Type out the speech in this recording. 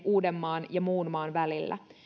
uudenmaan ja muun maan välillä